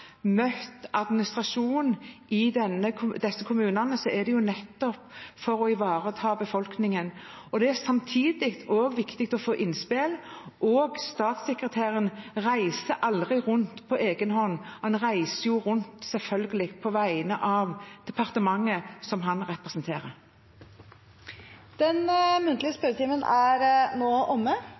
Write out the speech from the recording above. møtt administrasjonen i disse kommunene – er det nettopp for å ivareta befolkningen. Det er samtidig også viktig å få innspill. Statssekretæren reiser aldri rundt på egen hånd – han reiser selvfølgelig rundt på vegne av departementet som han representerer. Den muntlige spørretimen er nå omme.